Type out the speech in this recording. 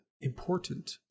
important